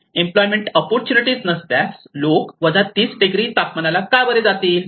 employment opportunities नसल्यास लोक 30 degree तापमानात का जातील